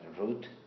route